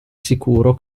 sicuro